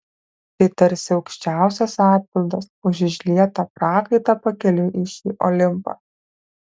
tai tarsi aukščiausias atpildas už išlietą prakaitą pakeliui į šį olimpą